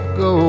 go